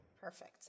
Perfect